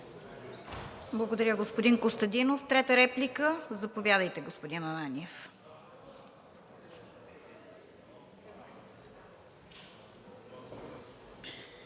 Благодаря, господин Костадинов. Трета реплика? Заповядайте, господин Ананиев.